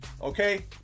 Okay